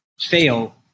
fail